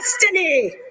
destiny